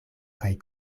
kaj